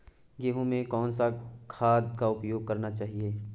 गेहूँ में कौन सा खाद का उपयोग करना चाहिए?